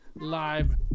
Live